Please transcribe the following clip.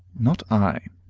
not i.